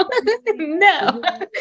No